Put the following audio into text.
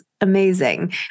amazing